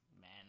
man